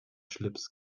schlips